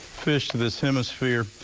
fish to this hemisphere.